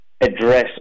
address